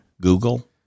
Google